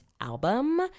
album